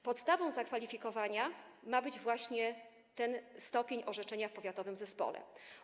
Podstawą zakwalifikowania ma być właśnie ten stopień orzeczony w powiatowym zespole.